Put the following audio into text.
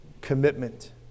commitment